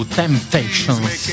temptations